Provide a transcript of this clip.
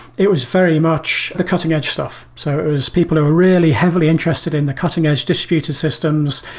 it was very much the cutting edge stuff. so those people are really heavily interested in the cutting edge distributed systems.